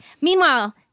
Meanwhile